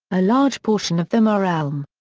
a large portion of them are elm.